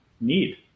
need